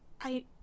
I-